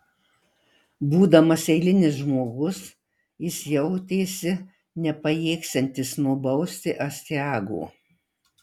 būdamas eilinis žmogus jis jautėsi nepajėgsiantis nubausti astiago